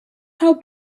how